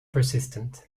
persistent